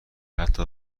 حتی